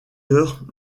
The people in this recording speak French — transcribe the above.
heures